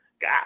God